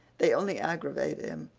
they only aggravate him.